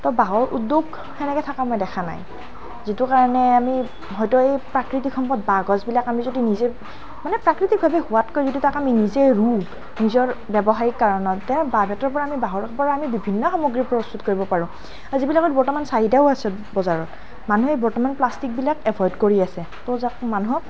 তো বাঁহৰ উদ্যোগ সেনেকৈ থকা মই দেখা নাই যিটো কাৰণে আমি হয়তো এই প্ৰাকৃতিক সম্পদ বাঁহগছবিলাক আমি যদি নিজেই মানে প্ৰাকৃতিকভাৱে হোৱাতকৈ যদি তাক আমি নিজে ৰুওঁ নিজৰ ব্যৱসায়িক কাৰণতে বাঁহ বেতৰপৰা আমি বাঁহৰ পৰা বিভিন্ন সামগ্ৰী প্ৰস্তুত কৰিব পাৰোঁ আৰু যিবিলাকৰ বৰ্তমান চাহিদাও আছে বজাৰত মানুহে বৰ্তমান প্লাষ্টিকবিলাক এভইড কৰি আছে তো যাক মানুহক